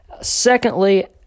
Secondly